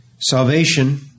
Salvation